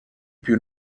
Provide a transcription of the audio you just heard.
più